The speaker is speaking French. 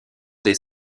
des